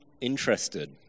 interested